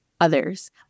others